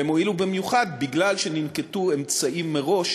הן הועילו במיוחד מפני שננקטו מראש